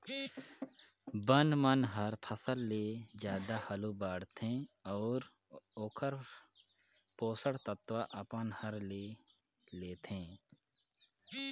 बन मन हर फसल ले जादा हालू बाड़थे अउ ओखर पोषण तत्व अपन हर ले लेथे